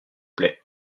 plait